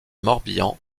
morbihan